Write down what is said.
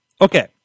okay